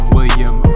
William